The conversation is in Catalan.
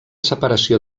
separació